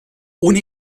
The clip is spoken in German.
ohne